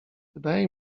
wydaje